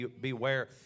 beware